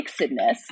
mixedness